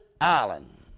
island